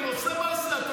אני עושה מעשה.